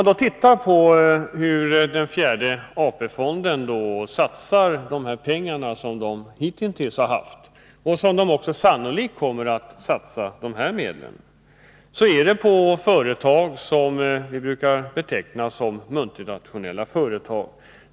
Ser vi på hur den fjärde AP-fonden hittills har satsat medlen, och sannolikt också kommer att satsa de medel det nu är fråga om, finner vi att det gäller de företag som vi brukar beteckna som multinationella.